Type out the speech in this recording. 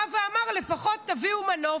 בא ואמר: לפחות תביאו מנוף,